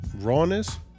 Rawness